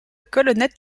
colonnettes